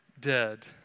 dead